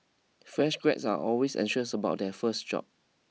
fresh grads are always anxious about their first job